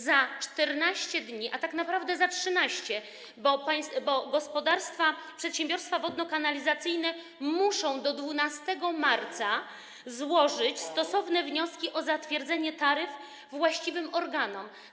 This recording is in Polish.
Za 14 dni, a tak naprawdę za 13, bo gospodarstwa, przedsiębiorstwa wodno-kanalizacyjne mają czas do 12 marca, muszą złożyć stosowne wnioski o zatwierdzenie taryf właściwym organom.